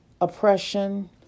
oppression